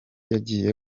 yagiye